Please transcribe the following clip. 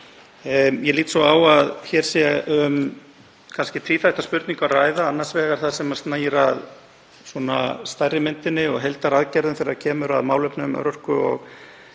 Ég lít svo á að hér sé um tvíþætta spurningu að ræða, annars vegar það sem snýr að stærri myndinni og heildaraðgerðum þegar kemur að málefnum örorku- og